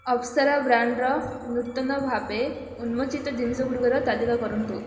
ଅପସରା ବ୍ରାଣ୍ଡର ନୂତନ ଭାବେ ଉନ୍ମୋଚିତ ଜିନିଷ ଗୁଡ଼ିକର ତାଲିକା କରନ୍ତୁ